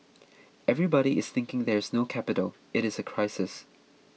everybody is thinking there is no capital it is a crisis